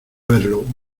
verlo